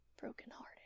brokenhearted